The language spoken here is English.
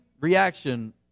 reaction